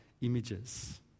images